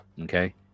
Okay